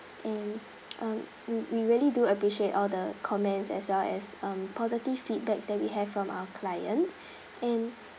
and um we we really do appreciate all the comments as well as um positive feedback that we have from our client and